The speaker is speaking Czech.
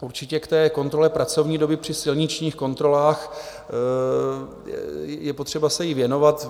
Určitě té kontrole pracovní doby při silničních kontrolách, je potřeba se jí věnovat.